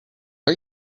are